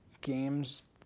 games